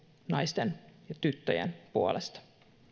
naisten ja tyttöjen puolesta